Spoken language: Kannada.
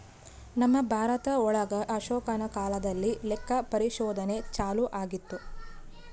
ನಮ್ ಭಾರತ ಒಳಗ ಅಶೋಕನ ಕಾಲದಲ್ಲಿ ಲೆಕ್ಕ ಪರಿಶೋಧನೆ ಚಾಲೂ ಆಗಿತ್ತು